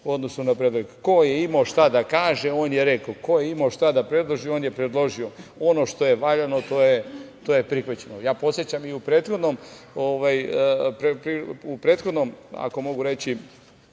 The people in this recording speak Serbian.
odnosu na predloge. Ko je imao šta da kaže, on je rekao. Ko je imao šta da predloži, on je predložio. Ono što je valjano, to je prihvaćeno. Podsećam, i u prethodnom susretanju